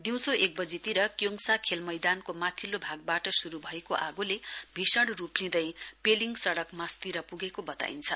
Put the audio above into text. दिउँसो एक बजीतिर क्योङसा खेल मैदानको माथिल्लो भागबाट श्रू भएको आगोले भीषण रूप लिँदै पेलिङ सडक मास्तिर प्गेको बताइन्छ